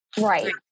right